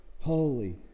holy